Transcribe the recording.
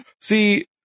See